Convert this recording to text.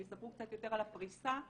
יספרו קצת יותר על הפריסה שקיימת.